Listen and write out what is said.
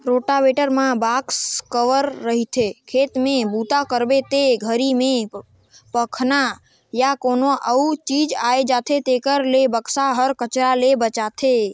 rotavator म box cover रहिथे, खेत में बूता करबे ते घरी में पखना या कोनो अउ चीज आये जाथे तेखर ले बक्सा हर कचरा ले बचाथे